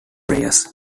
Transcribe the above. prayers